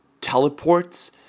teleports